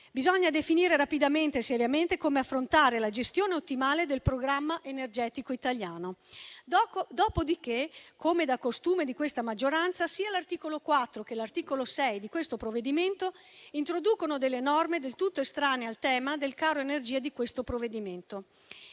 Bisogna definire rapidamente e seriamente come affrontare la gestione ottimale del programma energetico italiano. Inoltre, come da costume di questa maggioranza, sia l'articolo 4 che l'articolo 6 di questo provvedimento introducono delle norme del tutto estranee al tema del caro energia di cui dovrebbe